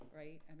right